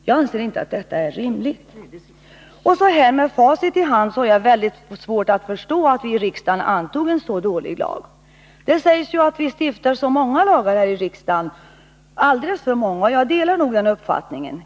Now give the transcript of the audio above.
Jag anser inte att detta är rimligt! Så här med facit i hand har jag väldigt svårt att förstå, att vi i riksdagen antog en så dålig lag. Det sägs att vi stiftar alldeles för många lagar här i riksdagen. Jag delar den uppfattningen.